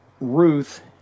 Ruth